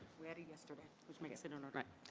we had it yesterday, which makes it in order.